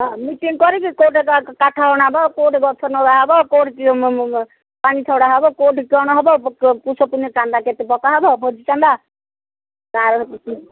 ହଁ ମିଟିଙ୍ଗ କରିକି କେଉଁଠି କାଠ ହଣା ହବ କେଉଁଠି ଗଛ ନବା ହବ କେଉଁଠି ପାଣି ଛଡ଼ା ହବ କେଉଁଠି କ'ଣ ହବ କୁସ ପୁଣି ଚାନ୍ଦା କେତେ ପକା ହବ ଭୋଜି ଚାନ୍ଦା ତା